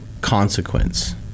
consequence